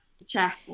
check